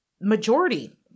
majority